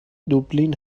دوبلین